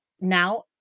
now